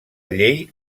llei